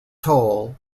toll